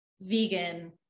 vegan